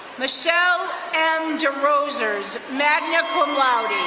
michelle m. derosas, magna cum laude.